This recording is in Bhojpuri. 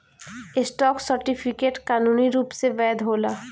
स्टॉक सर्टिफिकेट कानूनी रूप से वैध होला